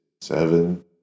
seven